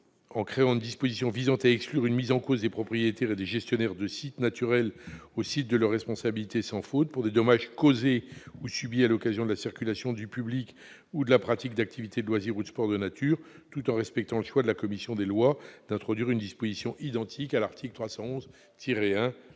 instaurant une disposition excluant la mise en cause des propriétaires et des gestionnaires de sites naturels au titre de leur responsabilité sans faute pour des dommages causés ou subis à l'occasion de la circulation du public ou de la pratique d'activités de loisirs ou de sports de nature, tout en respectant le choix de la commission des lois d'introduire une disposition identique à l'article L. 311-1